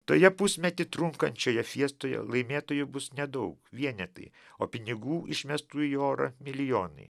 toje pusmetį trunkančioje fiestoje laimėtojų bus nedaug vienetai o pinigų išmestų į orą milijonai